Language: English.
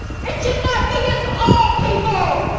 it should not be. it's all people.